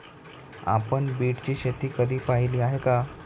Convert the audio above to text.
आपण बीटची शेती कधी पाहिली आहे का?